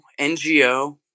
NGO